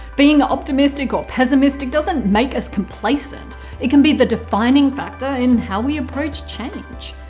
being optimistic or pessimistic doesn't make us complacent it can be the defining factor in how we approach change.